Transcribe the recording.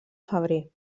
febrer